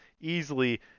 easily